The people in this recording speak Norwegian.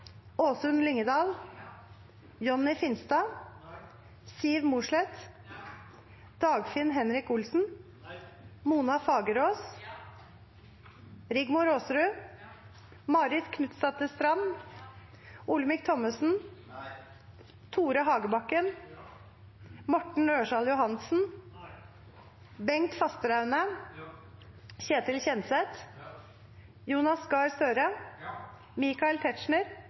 Åsunn Lyngedal, Siv Mossleth, Mona Fagerås, Rigmor Aasrud, Marit Knutsdatter Strand, Tore Hagebakken, Bengt Fasteraune, Ketil Kjenseth, Jonas Gahr Støre,